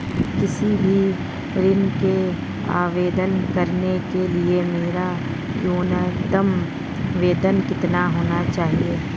किसी भी ऋण के आवेदन करने के लिए मेरा न्यूनतम वेतन कितना होना चाहिए?